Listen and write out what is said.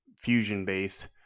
fusion-based